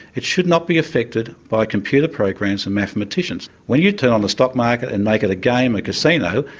it should not be affected by computer programs and mathematicians. when you turn on the stock market and make it a game, a casino,